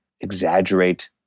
exaggerate